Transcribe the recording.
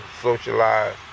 socialize